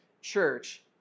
church